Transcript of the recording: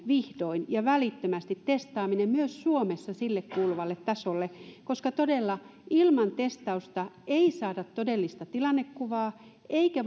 vihdoin viimein ja välittömästi testaaminen myös suomessa sille kuuluvalle tasolle koska todella ilman testausta ei saada todellista tilannekuvaa eikä